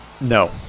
no